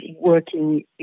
working